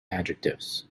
adjectives